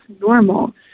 normal